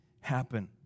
happen